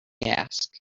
ask